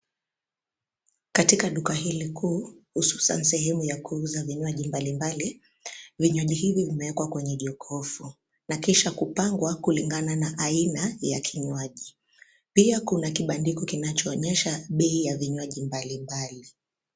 Katika duka hili kuu hususani sehemu ya kuuza vinywaji mbalimbali. Vinywaji hivi vimewekwa kwenye jokofu na kisha kupangwa kulingana na aina ya kinywaji. Pia kuna kibandiko kinachoonyesha bei ya vinywaji mbalimbali.